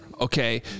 okay